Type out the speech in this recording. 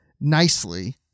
nicely